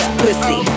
pussy